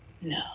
no